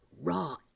raw